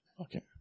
Okay